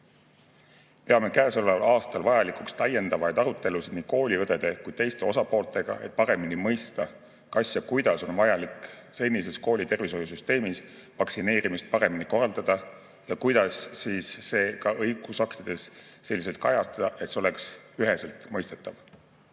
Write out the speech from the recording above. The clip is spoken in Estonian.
Peame käesoleval aastal vajalikuks täiendavaid arutelusid nii kooliõdede kui teiste osapooltega, et paremini mõista, kuidas on vaja senises koolitervishoiusüsteemis vaktsineerimist paremini korraldada ja kuidas see ka õigusaktides selliselt kajastada, et see oleks üheselt mõistetav.